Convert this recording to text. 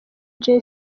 jay